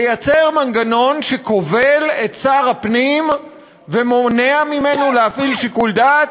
ליצור מנגנון שכובל את שר הפנים ומונע ממנו להפעיל שיקול דעת.